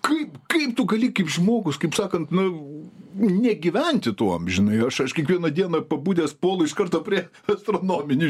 kaip kaip tu gali kaip žmogus kaip sakant nu negyventi tuo amžinai aš aš kiekvieną dieną pabudęs puolu iš karto prie astronominių